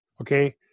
Okay